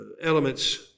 elements